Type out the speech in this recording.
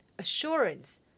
assurance